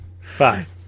Five